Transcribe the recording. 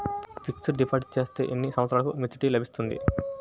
Fixed deposit చేస్తే ఎన్ని సంవత్సరంకు మెచూరిటీ లభిస్తుంది?